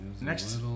Next